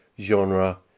genre